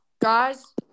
Guys